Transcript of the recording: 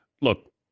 Look